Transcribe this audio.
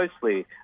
closely